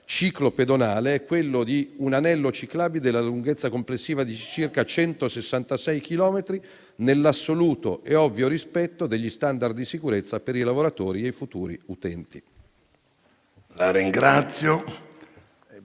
ciclopedonale è quello di un anello ciclabile della lunghezza complessiva di circa 166 chilometri, nell'assoluto e ovvio rispetto degli *standard* di sicurezza per i lavoratori e i futuri utenti.